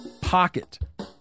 pocket